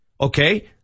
Okay